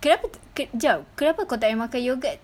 kenapa kejap kenapa kau tak boleh makan yogurt